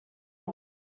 off